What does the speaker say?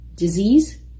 disease